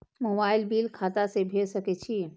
Mobile bill खाता से भेड़ सके छि?